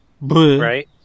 Right